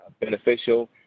beneficial